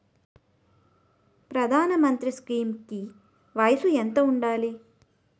ప్రధాన మంత్రి స్కీమ్స్ కి వయసు ఎంత ఉండాలి?